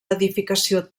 edificació